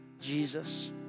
Jesus